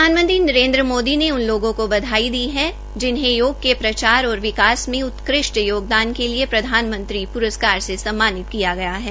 प्रधानमंत्री नरेन्द्र मोदी ने उन लोगों को बधाई दी है जिन्हें योग के प्रचार और विकास में उत्कृष्ट योगदान के लिए प्रधानमंत्री पुरस्कार से सम्मानित किया गया है